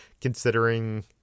considering